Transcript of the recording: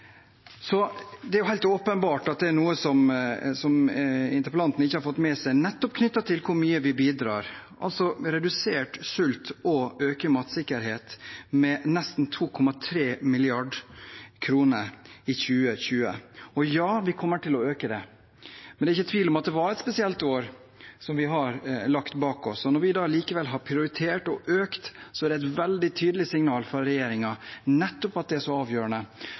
Det er helt åpenbart at det er noe interpellanten ikke har fått med seg når det gjelder hvor mye vi bidrar – altså til redusert sult og økt matsikkerhet – med nesten 2,3 mrd. kr i 2020. Og ja, vi kommer til å øke det. Men det er ikke tvil om at det er et spesielt år vi har lagt bak oss. Når vi da likevel har prioritert og økt, er det et veldig tydelig signal fra regjeringen om at det er avgjørende